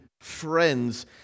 friends